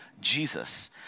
Jesus